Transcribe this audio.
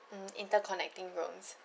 mm interconnecting rooms